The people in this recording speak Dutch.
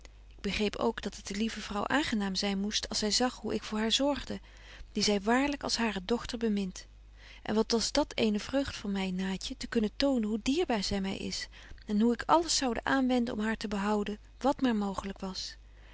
begreep ook dat het de lieve vrouw aangenaam zyn moest als zy zag hoe ik voor haar zorgde die zy waarlyk als hare dochter bemint en wat was dat eene vreugd voor my naatje te kunnen tonen hoe dierbaar zy my is en hoe ik alles zoude aanwenden om haar te behouden wat maar mooglyk was